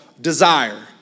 desire